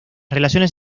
relaciones